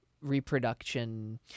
reproduction